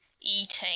eating